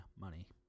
money